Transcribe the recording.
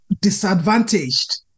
disadvantaged